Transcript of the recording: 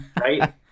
Right